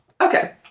Okay